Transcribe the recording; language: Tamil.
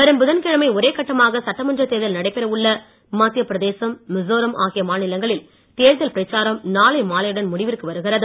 வரும் புதன்கிழமை ஒரேகட்டமாக சட்டமன்றத் தேர்தல் நடைபெற உள்ள மத்தியப்பிரதேசம் மிசோராம் ஆகிய மாநிலங்களில் தேர்தல் பிரச்சாரம் நாளை மாலையுடன் முடிவிற்கு வருகிறது